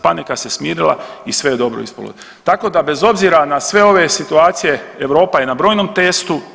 Panika s smirila i sve je dobro ispalo, tako da bez obzira na sve ove situacije Europa je na brojnom testu.